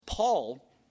Paul